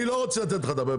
אני לא רוצה לתת לך לדבר,